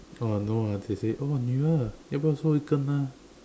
oh no ah she said oh